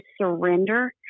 surrender